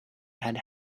had